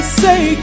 say